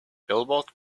billboard